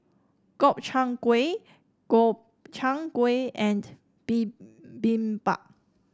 Gobchang Gui Gobchang Gui and Bibimbap